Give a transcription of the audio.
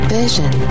vision